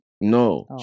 No